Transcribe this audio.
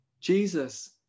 Jesus